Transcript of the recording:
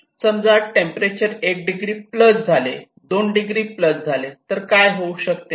समजा टेंपरेचर एक degree plus झाले दोन डिग्री प्लस झाले तर काय होऊ शकते